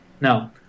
No